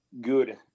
good